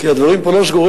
כי הדברים פה לא סגורים.